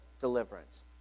deliverance